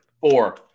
Four